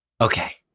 Okay